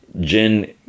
Jin